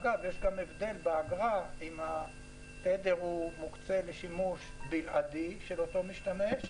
יש גם הבדל באגרה אם התדר מוקצה לשימוש בלעדי של אותו משתמש,